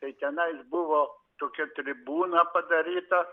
tai tenais buvo tokia tribūna padaryta